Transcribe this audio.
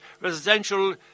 residential